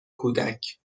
کودک